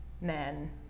men